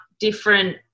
different